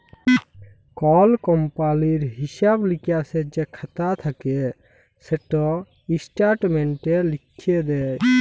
call কমপালির হিঁসাব লিকাসের যে খাতা থ্যাকে সেটা ইস্ট্যাটমেল্টে লিখ্যে দেয়